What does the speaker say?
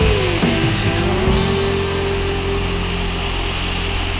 and